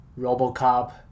Robocop